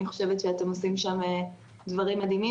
אני חושבת שאתם עושים שם דברים מדהימים